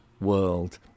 world